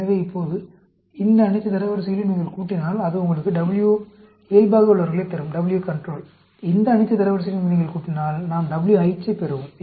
எனவே இப்போது இந்த அனைத்து தரவரிசைகளையும் நீங்கள் கூட்டினால் அது உங்களுக்கு W இயல்பாக உள்ளவர்களைத் தரும் இந்த அனைத்துத் தரவரிசைகளையும் நீங்கள் கூட்டினால் நாம் WH ஐப் பெறுவோம்